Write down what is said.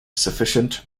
sufficient